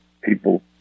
People